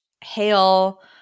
hail